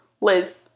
Liz